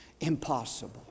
impossible